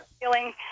feeling